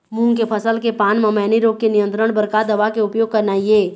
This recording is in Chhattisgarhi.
मूंग के फसल के पान म मैनी रोग के नियंत्रण बर का दवा के उपयोग करना ये?